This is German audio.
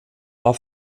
war